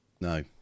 No